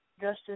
Justice